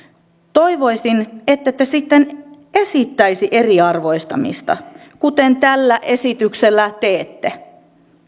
toivoisin ettette sitten esittäisi eriarvoistamista kuten tällä esityksellä teette